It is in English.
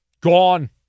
gone